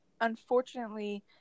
unfortunately